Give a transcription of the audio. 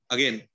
Again